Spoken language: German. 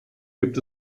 gibt